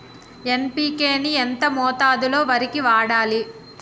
NPK ని ఎంత మోతాదులో వరికి వాడాలి?